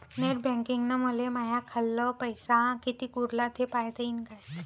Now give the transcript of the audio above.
Net बँकिंगनं मले माह्या खाल्ल पैसा कितीक उरला थे पायता यीन काय?